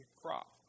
crop